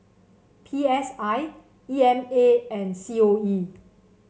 P S I E M A and C O E